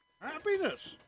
Happiness